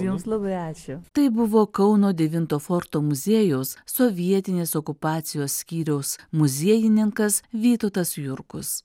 jums labai ačiū tai buvo kauno devinto forto muziejaus sovietinės okupacijos skyriaus muziejininkas vytautas jurkus